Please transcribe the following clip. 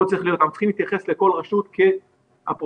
אנחנו צריכים להתייחס לכל רשות כקפסולה,